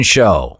Show